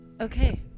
Okay